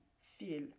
feel